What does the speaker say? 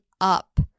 up